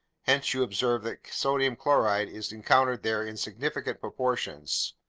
hence you observe that sodium chloride is encountered there in significant proportions.